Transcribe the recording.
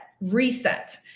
reset